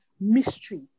mystery